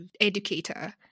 educator